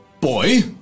Boy